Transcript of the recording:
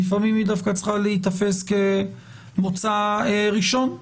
לפעמים היא צריכה להיתפס כמוצא ראשון.